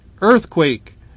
earthquake